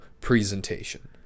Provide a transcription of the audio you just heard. presentation